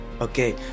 Okay